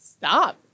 Stop